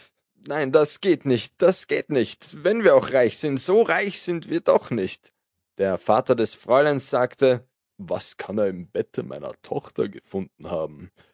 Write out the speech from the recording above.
nein das geht nicht das geht nicht wenn wir auch reich sind so reich sind wir doch nicht der vater des fräuleins sagte was kann er im bette meiner tochter gefunden haben